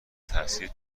تاثیر